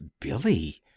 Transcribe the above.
Billy